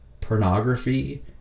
pornography